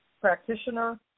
practitioner